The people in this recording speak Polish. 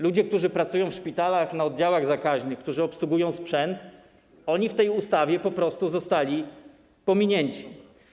Ludzie, którzy pracują w szpitalach na oddziałach zakaźnych, którzy obsługują sprzęt, w tej ustawie po prostu zostali pominięci.